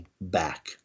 back